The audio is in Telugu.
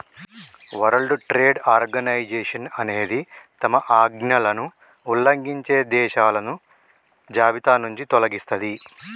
వరల్డ్ ట్రేడ్ ఆర్గనైజేషన్ అనేది తమ ఆజ్ఞలను ఉల్లంఘించే దేశాలను జాబితానుంచి తొలగిస్తది